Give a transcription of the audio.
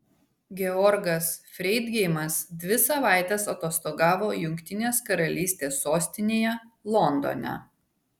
georgas freidgeimas dvi savaites atostogavo jungtinės karalystės sostinėje londone